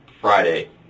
Friday